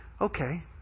okay